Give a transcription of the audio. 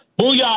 Booyah